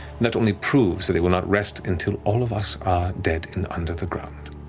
that only proves that they will not rest until all of us are dead and under the ground.